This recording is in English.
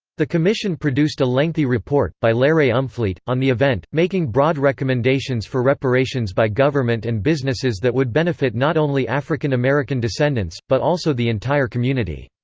the commission produced a lengthy report, by lerae umfleet, on the event, making broad recommendations for reparations by government and businesses that would benefit not only african-american descendants, but also the entire community.